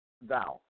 thou